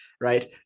right